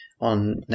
on